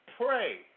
pray